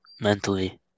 mentally